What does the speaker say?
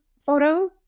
photos